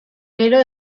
gero